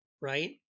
right